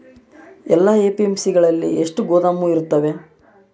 ಎಲ್ಲಾ ಎ.ಪಿ.ಎಮ್.ಸಿ ಗಳಲ್ಲಿ ಎಷ್ಟು ಗೋದಾಮು ಇರುತ್ತವೆ?